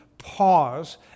pause